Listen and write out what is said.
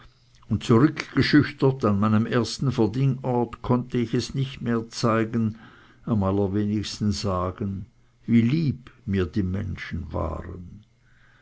und zurückgeschüchtert an meinem ersten verdingort konnte ich es nicht mehr zeigen am allerwenigsten sagen wie lieb mir menschen waren